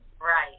Right